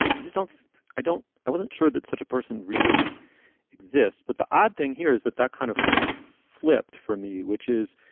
i just don't i don't i wasn't sure that such a person really exists. but the odd thing here is that that kind of flipped for me, which is.